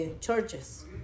churches